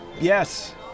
yes